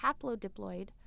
haplodiploid